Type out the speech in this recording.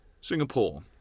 Singapore